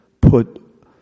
put